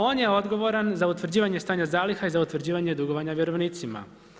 On je odgovoran za utvrđivanje stanja zaliha i za utvrđivanje dugovanja vjerovnicima.